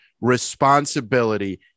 responsibility